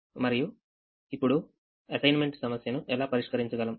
మనము ఇప్పుడుఅసైన్మెంట్ సమస్యను ఎలా పరిష్కరించగలం